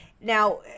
Now